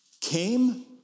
came